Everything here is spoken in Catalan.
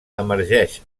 emergeix